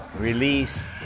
Release